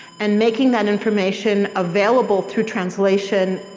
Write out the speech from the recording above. and making that information available through translation